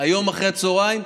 היום אחר הצוהריים.